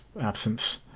absence